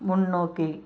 முன்னோக்கி